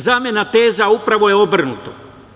Zamena teza upravo je obrnuto.